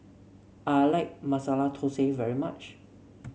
I like Masala Thosai very much